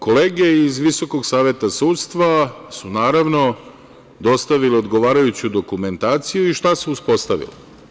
Kolege iz Visokog saveta sudstva su, naravno, dostavile odgovarajuću dokumentaciju i šta se uspostavilo?